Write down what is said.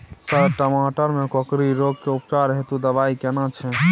Sir टमाटर में कोकरि रोग के उपचार हेतु दवाई केना छैय?